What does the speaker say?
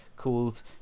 called